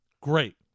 Great